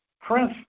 Prince